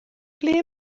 ble